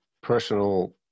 personal